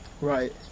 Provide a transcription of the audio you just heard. Right